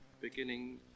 beginning